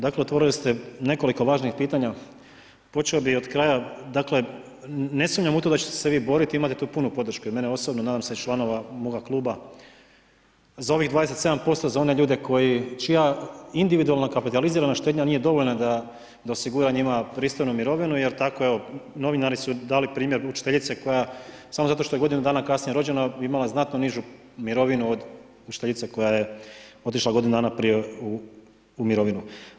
Dakle otvorili ste nekoliko važnih pitanja, počeo bih od kraja, dakle ne sumnjam u to da ćete se vi boriti imate tu punu podršku i mene osobno, nadam se i članova moga kluba za ovih 27% za one ljude čije individualna kapitalizirana štednja nije dovoljna da osigura njima pristojnu mirovinu jer tako evo, novinari su dali primjer učiteljice koja samo zato što je godinu dana kasnije rođena imala znatno nižu mirovinu od učiteljice koja je otišla godinu dana prije u mirovinu.